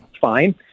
Fine